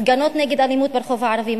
הפגנות נגד אלימות ברחוב הערבי,